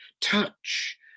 Touch